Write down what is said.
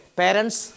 parents